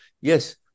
Yes